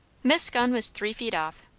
miss gunn was three feet off,